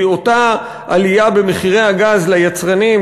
כי אותה עלייה במחירי הגז ליצרנים,